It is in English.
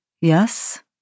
Yes